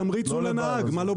התמריץ הוא לנהג.